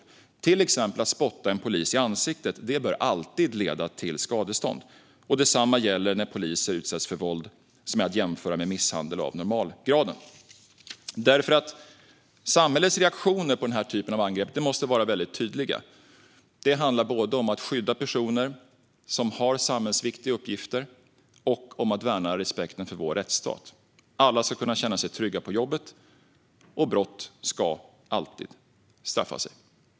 Att till exempel spotta en polis i ansiktet bör alltid leda till skadestånd. Detsamma ska gälla när poliser utsätts för våld som är att jämföra med misshandel av normalgraden. Samhällets reaktioner på den här typen av angrepp måste vara väldigt tydliga. Det handlar både om att skydda personer som har samhällsviktiga uppgifter och om att värna respekten för vår rättsstat. Alla ska kunna känna sig trygga på jobbet, och brott ska alltid straffa sig.